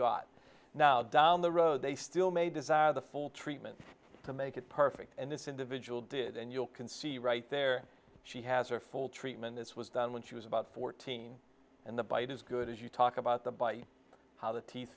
got now down the road they still may desire the full treatment to make it perfect and this individual did and you'll can see right there she has her full treatment this was done when she was about fourteen and the bite is good as you talk about the bi how the teeth